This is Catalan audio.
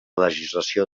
legislació